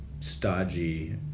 Stodgy